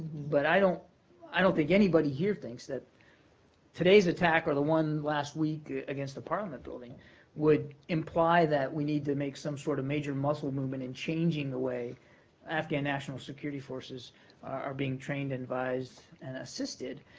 but i don't i don't think anybody here thinks that today's attack or the one last week against the parliament building would imply that we need to make some sort of major muscle movement in changing the way afghan national security forces are being trained, advised, and assisted.